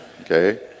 Okay